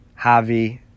Javi